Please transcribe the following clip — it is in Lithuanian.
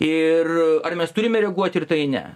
ir ar mes turime reaguoti ir tai ne